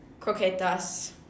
croquetas